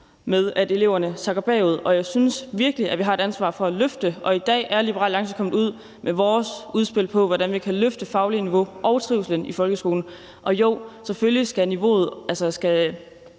med, at eleverne sakker bagud, og jeg synes virkelig, at vi har et ansvar for at løfte dem, og i dag er Liberal Alliance kommet ud med sit udspil om, hvordan vi kan løfte det faglige niveau og trivslen. Jo, selvfølgelig skal det også være